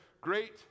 great